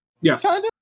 yes